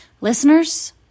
Listeners